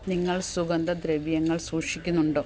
നിങ്ങൾ സുഗന്ധ ദ്രവ്യങ്ങൾ സൂഷിക്കുന്നുണ്ടോ